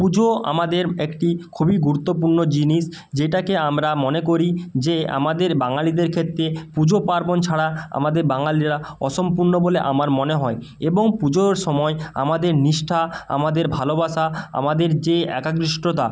পুজো আমাদের একটি খুবই গুরুত্বপূর্ণ জিনিস যেটাকে আমরা মনে করি যে আমাদের বাঙালিদের ক্ষেত্রে পুজো পার্বণ ছাড়া আমাদের বাঙালিরা অসম্পূর্ণ বলে আমার মনে হয় এবং পুজোর সময় আমাদের নিষ্ঠা আমাদের ভালোবাসা আমাদের যে একাগ্রিস্টতা